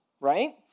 right